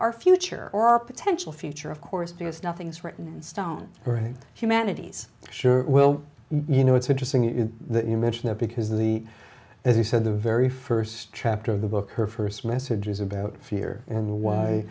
future or our potential future of course because nothing's written in stone or humanities sure well you know it's interesting that you mention that because the as you said the very first chapter of the book her first message is about fear and why